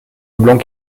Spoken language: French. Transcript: leblanc